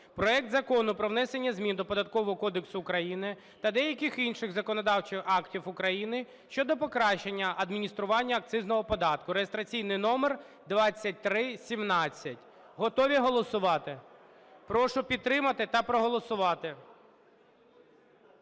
проект Закону про внесення змін до Податкового кодексу України та деяких інших законодавчих актів України (щодо покращення адміністрування акцизного податку) (реєстраційний номер 2317). Готові голосувати? Прошу підтримати та проголосувати.